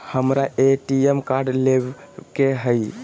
हमारा ATM card लेव के हई